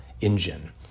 engine